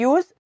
Use